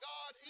God